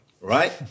right